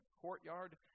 courtyard